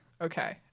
okay